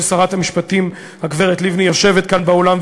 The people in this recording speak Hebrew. שרת המשפטים הגברת לבני יושבת כאן באולם,